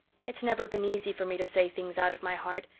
it's never been easy for me to say things out of my heart,